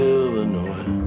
Illinois